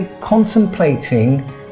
contemplating